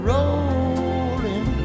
Rolling